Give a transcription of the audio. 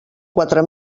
quatre